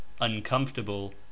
uncomfortable